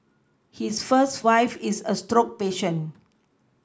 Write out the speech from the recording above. his first wife is a stroke patient